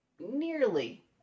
nearly